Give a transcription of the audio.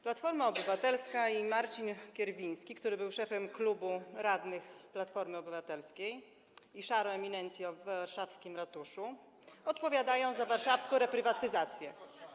Platforma Obywatelska i Marcin Kierwiński, który był szefem Klubu Radnych Platformy Obywatelskiej i szarą eminencją w warszawskim ratuszu, odpowiadają za warszawską reprywatyzację.